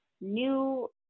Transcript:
new